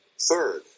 Third